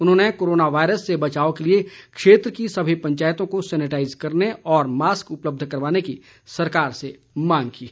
उन्होंने corona virus से बचाव के लिए क्षेत्र की सभी पंचायतों को सैनेटाइज करने और मास्क उपलब्ध करवाने की सरकार से मांग की है